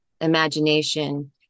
imagination